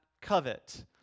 covet